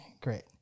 great